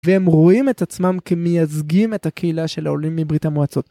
והם רואים את עצמם כמייצגים את הקהילה של העולים מברית המועצות.